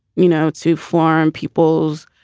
you know, to form people's